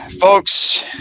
folks